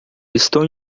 estou